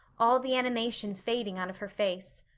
all the animation fading out of her face.